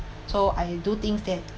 so I do thinks that